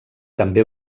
també